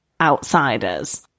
outsiders